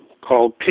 called